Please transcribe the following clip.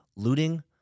Looting